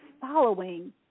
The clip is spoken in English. following